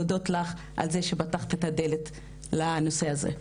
להודות לך על זה שפתחת את הדלת לנושא הזה.